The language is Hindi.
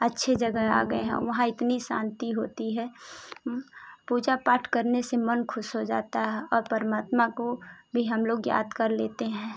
अच्छे जगह आ गए हैं वहाँ इतनी शांति होती है पूजा पाठ करने से मन खुश हो जाता है और परमात्मा को भी हम लोग याद कर लेते हैं